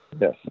Yes